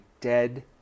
dead